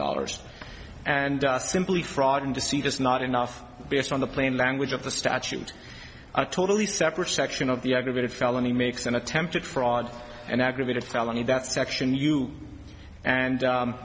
dollars and simply fraud and deceit is not enough based on the plain language of the statute a totally separate section of the aggravated felony makes an attempted fraud an aggravated felony that section you and